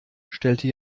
stellte